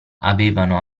avevano